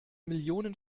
millionen